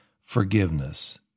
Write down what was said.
forgiveness